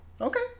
okay